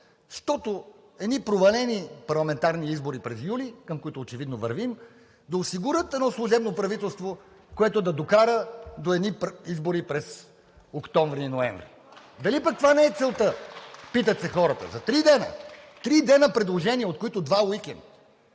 щото едни провалени парламентарни избори през юли, към които очевидно вървим, да осигурят едно служебно правителство, което да докара до едни избори през октомври и ноември? (Ръкопляскания от ГЕРБ-СДС.) Дали пък това не е целта, питат се хората?! За три дена – три дена за предложения, от които два – уикенд!